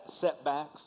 setbacks